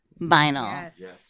vinyl